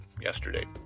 yesterday